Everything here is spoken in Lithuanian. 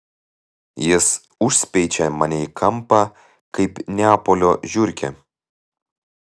jis užspeičia mane į kampą kaip neapolio žiurkę